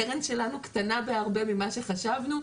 הקרן שלנו קטנה בהרבה ממה שחשבנו,